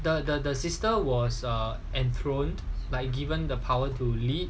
the the the system was err enthrone by given the power to lead